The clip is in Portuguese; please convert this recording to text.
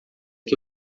que